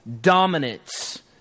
dominance